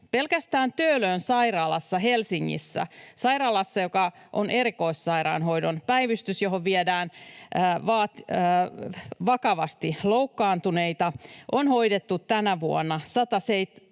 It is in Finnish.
Pelkästään Töölön sairaalassa Helsingissä — sairaalassa, joka on erikoissairaanhoidon päivystys, johon viedään vakavasti loukkaantuneita — on hoidettu tänä vuonna 170